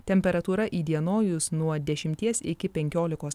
temperatūra įdienojus nuo dešimties iki penkiolikos